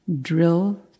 Drill